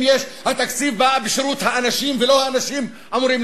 התקציב בא בשירות האנשים ולא האנשים אמורים